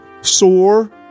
sore